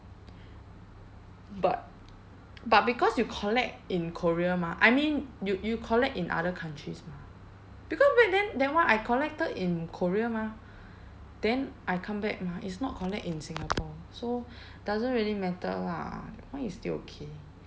but but because you collect in korea mah I mean you you collect in other countries mah because back then that one I collected in korea mah then I come back mah it's not collect in singapore so doesn't really matter lah that one is still okay